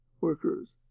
workers